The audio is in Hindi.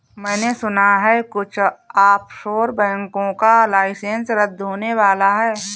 मैने सुना है कुछ ऑफशोर बैंकों का लाइसेंस रद्द होने वाला है